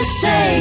say